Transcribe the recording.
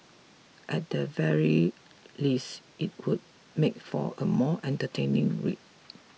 at the very least it would make for a more entertaining read